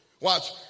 Watch